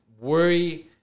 worry